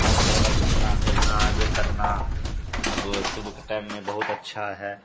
ہر طرح کا گھومنا پھرنا یا کرنا اب صبح کے ٹائم میں بہت اچھا ہے